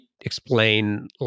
explain